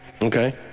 Okay